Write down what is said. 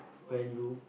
when you